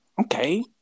Okay